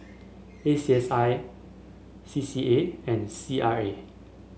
A C S I C C A and C R A